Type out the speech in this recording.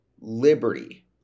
liberty